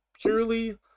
purely